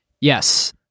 Yes